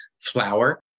flour